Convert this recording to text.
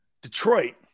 Detroit